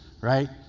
right